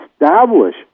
establish